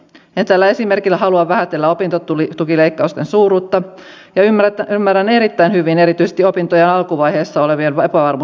en tällä esimerkillä halua vähätellä opintotukileikkausten suuruutta ja ymmärrän erittäin hyvin erityisesti opintojen alkuvaiheessa olevien epävarmuutta ottaa lainaa